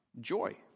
joy